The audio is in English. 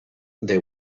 they